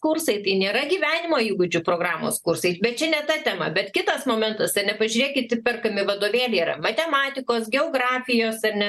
kursai tai nėra gyvenimo įgūdžių programos kursai bet čia ne ta tema bet kitas momentas ar ne pažiūrėkit įperkami vadovėliai yra matematikos geografijos ar ne